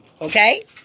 Okay